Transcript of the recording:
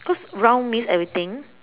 cause round means everything